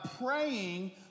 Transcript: praying